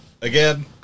Again